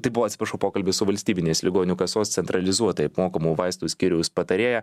tai buvo atsiprašau pokalbis su valstybinės ligonių kasos centralizuotai apmokamų vaistų skyriaus patarėja